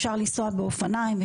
אפשר לנסוע באופניים,